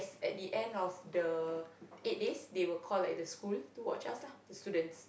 at the end of the eight days they will call like the school to watch us lah the students